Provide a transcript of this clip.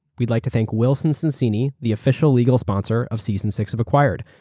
we'd like to thank wilson sonsini, the official legal sponsor of season six of acquired.